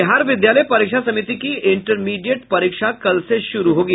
बिहार विद्यालय परीक्षा समिति की इंटरमीडिएट परीक्षा कल से शुरू होगी